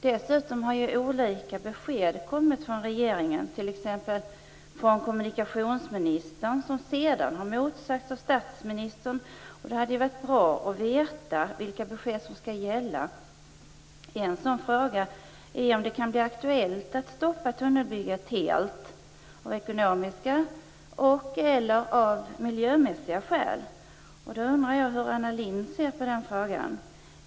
Dessutom har olika besked kommit från regeringen. Kommunikationsministern har givit ett besked, och hon har sedan motsagts av statsministern. Det hade varit bra att veta vilka besked som skall gälla. En sådan fråga är om det kan bli aktuellt att stoppa tunnelbygget helt av ekonomiska eller miljömässiga skäl. Jag undrar hur Anna Lindh ser på den frågan.